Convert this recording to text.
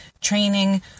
training